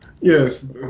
Yes